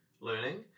learning